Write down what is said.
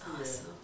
awesome